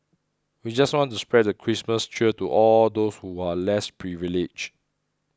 we just want to spread the Christmas cheer to all those who are less privileged